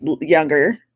younger